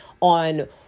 on